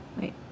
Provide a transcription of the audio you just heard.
Wait